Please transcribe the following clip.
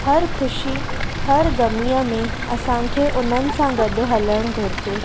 हर ख़ुशी हर ग़मीअ में असांखे उन्हनि सां गॾु हलणु घुरिजे